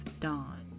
dawn